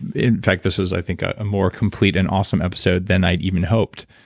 in fact, this is i think, a more complete and awesome episode than i'd even hoped.